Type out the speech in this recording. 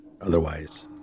otherwise